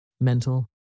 mental